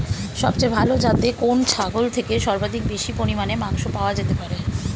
সবচেয়ে ভালো যাতে কোন ছাগল থেকে সর্বাধিক বেশি পরিমাণে মাংস পাওয়া যেতে পারে?